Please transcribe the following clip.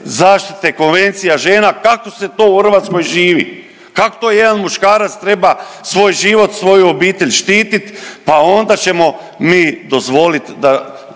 zaštite konvencija žena kako se to u Hrvatskoj živi, kak' to jedan muškarac treba svoj život, svoju obitelj štititi pa onda ćemo mi dozvolit su